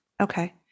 Okay